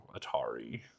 Atari